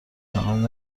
خانم